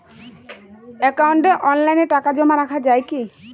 একাউন্টে অনলাইনে টাকা জমা রাখা য়ায় কি?